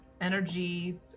energy